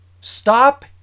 stop